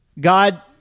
God